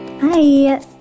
Hi